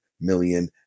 million